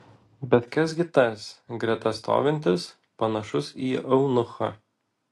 bet kas gi tas greta stovintis panašus į eunuchą